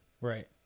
Right